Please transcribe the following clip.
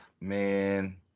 Man